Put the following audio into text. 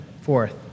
fourth